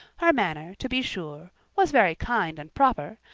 her manner, to be sure, was very kind and proper,